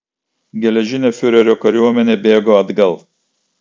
geležinė fiurerio kariuomenė bėgo atgal